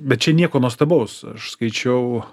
tai bet čia nieko nuostabaus aš skaičiau